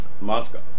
Moscow